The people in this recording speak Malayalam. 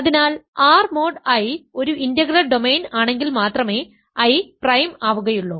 അതിനാൽ R മോഡ് I ഒരു ഇന്റഗ്രൽ ഡൊമെയ്ൻ ആണെങ്കിൽ മാത്രമേ I പ്രൈം ആവുകയുള്ളൂ